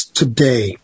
today